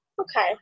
okay